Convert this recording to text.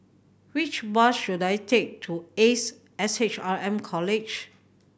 which bus should I take to Ace S H R M College